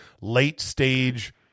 late-stage